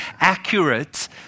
accurate